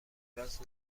ابراز